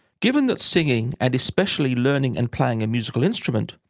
given that singing, and especially learning and playing a musical instrument,